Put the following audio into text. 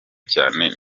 cyane